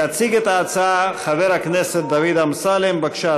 יציג את ההצעה חבר הכנסת דוד אמסלם, בבקשה,